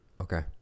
okay